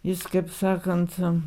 jis kaip sakant